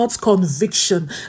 conviction